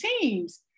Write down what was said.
teams